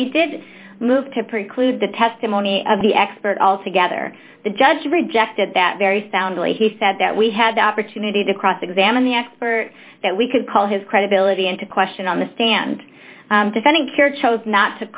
that we did move to preclude the testimony of the expert altogether the judge rejected that very soundly he said that we had the opportunity to cross examine the expert that we could call his credibility into question on the stand defendant here chose not